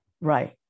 right